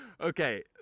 Okay